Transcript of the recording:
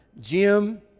Jim